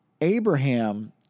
Abraham